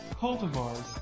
cultivars